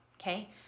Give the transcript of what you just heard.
okay